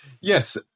Yes